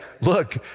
look